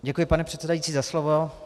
Děkuji, pane předsedající, za slovo.